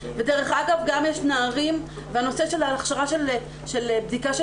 ודרך אגב גם יש נערים והנושא של ההכשרה של בדיקה של